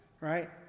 right